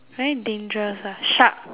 very dangerous ah shark